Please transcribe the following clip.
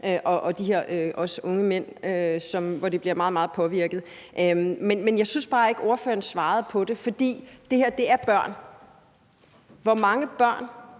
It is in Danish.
også de her unge mænd, som bliver meget, meget påvirket. Men jeg synes bare ikke, ordføreren svarede på det, for det her er børn. Hvor mange børn